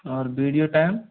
और video time